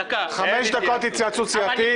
חמש דקות התייעצות סיעתית.